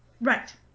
Right